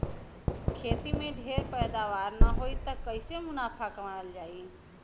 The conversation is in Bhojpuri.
खेती में ढेर पैदावार न होई त कईसे मुनाफा कमावल जाई